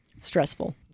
Stressful